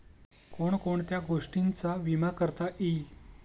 कोण कोणत्या गोष्टींचा विमा करता येईल?